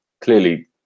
clearly